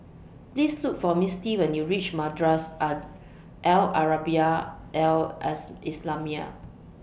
Please Look For Mistie when YOU REACH Madrasah Are Al Arabiah Al Islamiah